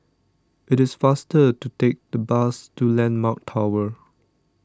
it is faster to take the bus to Landmark Tower